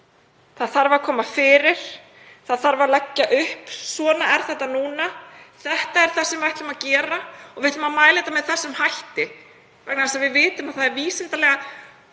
Það þarf að koma fyrr. Það þarf að leggja það upp: Svona er þetta núna. Þetta er það sem við ætlum að gera. Við ætlum að mæla þetta með þessum hætti vegna þess að við vitum að það er vísindalega